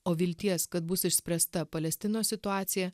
o vilties kad bus išspręsta palestinos situacija